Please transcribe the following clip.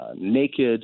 naked